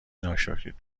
ناشکرید